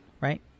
Right